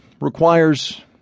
requires